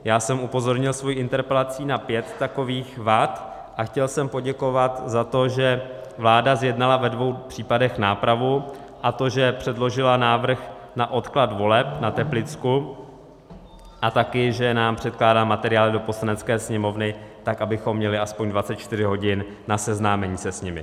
Já jsem upozornil svou interpelací na pět takových vad a chtěl jsem poděkovat za to, že vláda zjednala ve dvou případech nápravu, a to, že předložila návrh na odklad voleb na Teplicku a také že nám předkládá materiály do Poslanecké sněmovny tak, abychom měli aspoň 24 hodin na seznámení se s nimi.